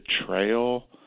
betrayal